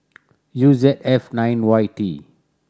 U Z F nine Y T